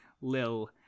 Lil